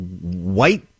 white